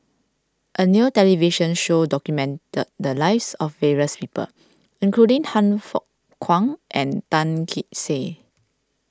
a new television show documented the lives of various people including Han Fook Kwang and Tan Kee Sek